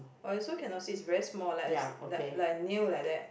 I also cannot see is very small like is like like a nail like that